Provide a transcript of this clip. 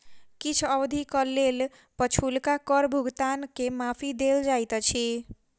किछ अवधिक लेल पछुलका कर भुगतान के माफी देल जाइत अछि